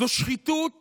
זו שחיתות